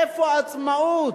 איפה העצמאות?